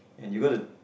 and you would